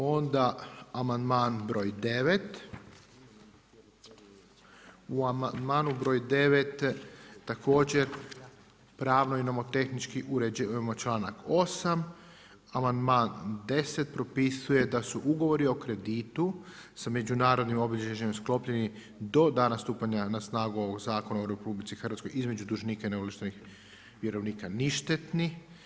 Onda amandman broj 9. U amandmanu broj 9. također pravno i nomotehnički uređujemo članak 8. Amandman 10. propisuje da su ugovori o kreditu sa međunarodnim obilježjem sklopljeni do dana stupanja na snagu ovog Zakona o RH između dužnika i neovlaštenih vjerovnika ništetni.